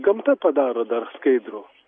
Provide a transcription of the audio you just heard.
gamta padaro dar skaidrų